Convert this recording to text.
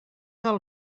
del